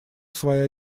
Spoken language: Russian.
свои